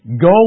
Go